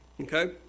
okay